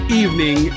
evening